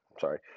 sorry